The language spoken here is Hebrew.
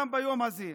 גם ביום הזה.